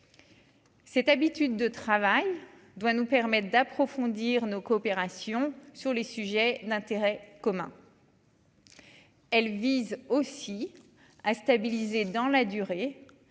Cette habitude de travail doit nous permettent d'approfondir nos coopérations sur les sujets d'intérêt commun. Elle vise aussi à stabiliser dans la durée,